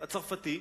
הצרפתי,